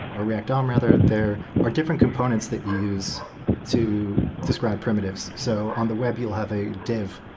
or react dom rather, there are different component that you use to describe primitives. so on the web, you'll have a div,